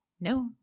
No